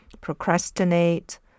procrastinate